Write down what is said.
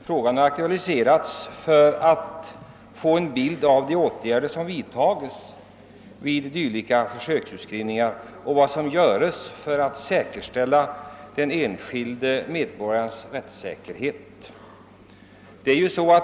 Frågan har aktualiserats för att få en bild av de åtgärder som vidtagits vid dylika försöksutskrivningar och av vad som görs för att säkerställa den enskilde medborgarens rättssäkerhet.